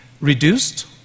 reduced